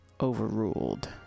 overruled